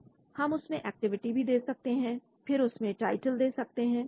grid हम उसमें activity भी दे सकते हैं और फिर हम उसमें टाइटल दे सकते हैं